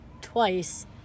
twice